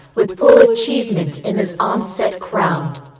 with full achievement in this onset crowned!